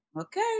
Okay